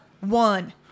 one